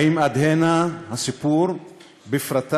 האם עד הנה הסיפור בפרטיו